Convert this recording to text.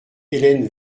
hélène